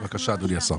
בבקשה, אדוני השר.